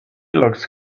looks